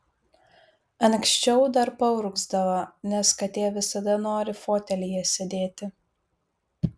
anksčiau dar paurgzdavo nes katė visada nori fotelyje sėdėti